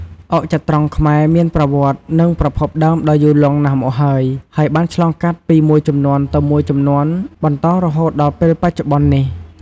អុកចត្រង្គខ្មែរ មានប្រវត្តិនិងប្រភពដើមដ៏យូរលង់ណាស់មកហើយ ហើយបានឆ្លងកាត់ពីមួយជំនាន់ទៅមួយជំនាន់បន្តរហូតដល់ពេលបច្ចុប្បន្ននេះ ។